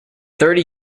thirty